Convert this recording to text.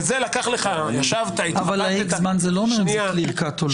וזה לקח לך עכשיו --- אבל X זמן זה לא אומר אם זה clear cut או לא.